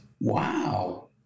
Wow